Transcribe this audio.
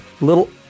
Little